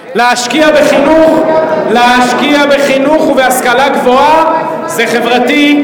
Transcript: להשקיע בחינוך ובהשכלה גבוהה זה חברתי.